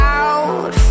out